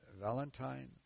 Valentine